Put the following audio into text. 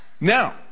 now